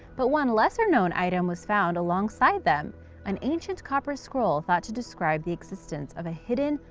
but one lesser-known item was found alongside them an ancient copper scroll thought to describe the existence of a hidden,